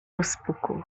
rozpuku